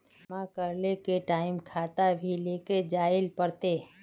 जमा करे के टाइम खाता भी लेके जाइल पड़ते?